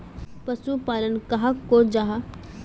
पशुपालन कहाक को जाहा?